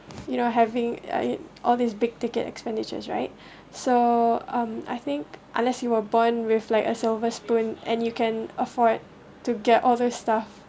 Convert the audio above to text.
you know having like all these big ticket expenditures right so um I think unless you were born with like a silver spoon and you can afford to get all the stuff